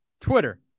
Twitter